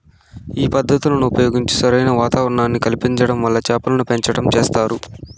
ఈ పద్ధతులను ఉపయోగించి సరైన వాతావరణాన్ని కల్పించటం వల్ల చేపలను పెంచటం చేస్తారు